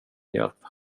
hjälp